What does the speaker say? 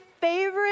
favorite